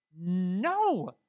No